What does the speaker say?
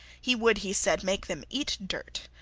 he would, he said, make them eat dirt,